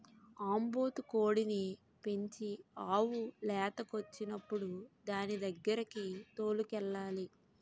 ఆంబోతు కోడిని పెంచి ఆవు లేదకొచ్చినప్పుడు దానిదగ్గరకి తోలుకెళ్లాలి